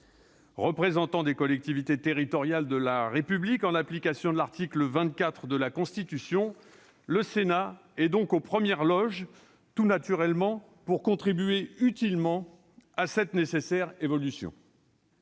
Représentant des collectivités territoriales de la République en application de l'article 24 de la Constitution, le Sénat est donc tout naturellement aux premières loges pour contribuer utilement à cette nécessaire évolution.